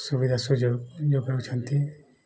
ସୁବିଧା ସୁଯୋଗ ଯୋଗାଉଛନ୍ତି